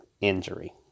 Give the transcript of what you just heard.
injury